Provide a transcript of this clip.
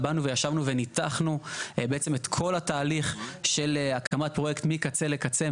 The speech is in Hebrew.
באנו וישבנו וניתחנו בעצם את כל התהליך של הקמת פרויקט מקצה לקצה.